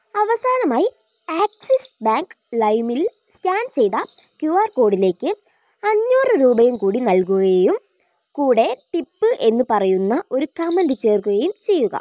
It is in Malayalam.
അവസാനമായി ആക്സിസ് ബാങ്ക് ലൈമിൽ സ്കാൻ ചെയ്ത ക്യു ആർ കോഡിലേക്ക് അഞ്ഞൂറ് രൂപയും കൂടി നൽകുകയും കൂടെ ടിപ്പ് എന്ന് പറയുന്ന ഒരു കമന്റ് ചേർക്കുകയും ചെയ്യുക